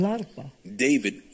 David